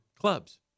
clubs